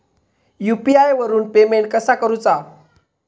UPI वरून payment कसा करूचा?